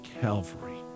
Calvary